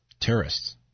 terrorists